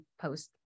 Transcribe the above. post